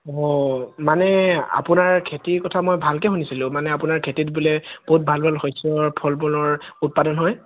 অ মানে আপোনাৰ খেতিৰ কথা মই ভালকৈ শুনিছিলোঁ মানে আপোনাৰ খেতিত বোলে বহুত ভাল ভাল শস্যৰ ফল মূলৰ উৎপাদন হয়